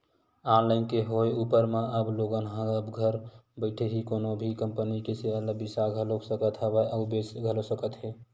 online के होय ऊपर म अब लोगन ह अब घर बइठे ही कोनो भी कंपनी के सेयर ल बिसा घलो सकत हवय अउ बेंच घलो सकत हे